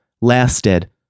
lasted